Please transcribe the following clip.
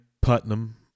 Putnam